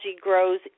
grows